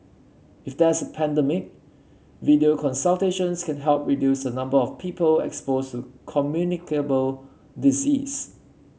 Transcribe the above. if there is a pandemic video consultations can help reduce a number of people exposed to communicable disease